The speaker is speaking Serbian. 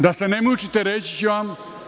Da se ne mučite, reći ću vam.